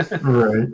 Right